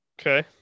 Okay